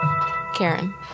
Karen